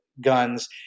guns